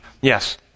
Yes